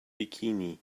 bikini